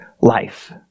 life